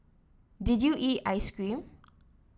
did you eat ice cream